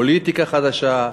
פוליטיקה חדשה,